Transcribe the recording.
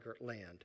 land